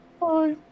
Bye